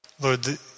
Lord